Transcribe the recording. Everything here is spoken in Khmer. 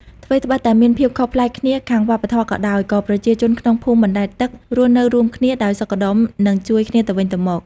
ថ្វីត្បិតតែមានភាពខុសប្លែកគ្នាខាងវប្បធម៌ក៏ដោយ ក៏ប្រជាជនក្នុងភូមិបណ្ដែតទឹករស់នៅរួមគ្នាដោយសុខដុមនិងជួយគ្នាទៅវិញទៅមក។